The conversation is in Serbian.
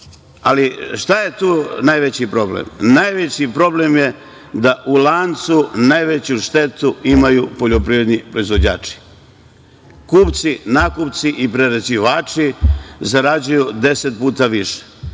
je tu najveći problem? Najveći problem je da u lancu najveću štetu imaju poljoprivredni proizvođači. Kupci, nakupci i prerađivači zarađuju deset puta više. Šta